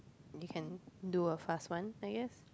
you can do a fast one I guess